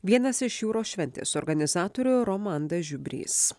vienas iš jūros šventės organizatorių romandas žiubrys